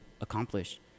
accomplish